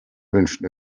wünschen